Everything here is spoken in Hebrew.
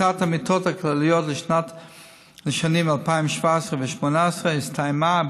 הקצאת המיטות הכלליות לשנים 2017 2018 הסתיימה.